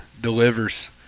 delivers